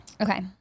okay